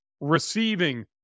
Receiving